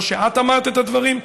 לא שאת אמרת את הדברים,